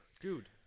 dude